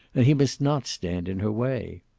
and he must not stand in her way.